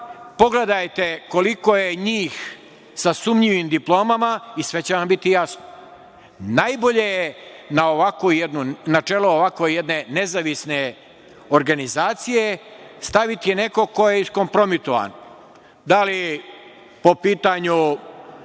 pogledajte koliko je njih sa sumnjivim diplomama i sve će vam biti jasno. Najbolje je na čelo ovakve jedne nezavisne organizacije staviti nekog ko je iskompromitovan, da li po pitanju